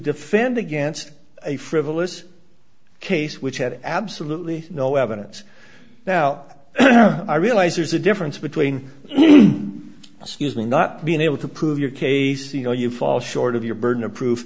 defend against a frivolous case which had absolutely no evidence now i realize there's a difference between me not being able to prove your case you know you fall short of your burden of proof